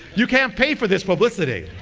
you can't pay for this publicity.